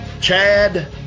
Chad